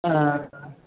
ஆ ஆ